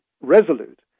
resolute